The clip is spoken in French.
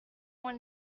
moins